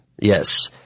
Yes